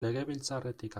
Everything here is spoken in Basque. legebiltzarretik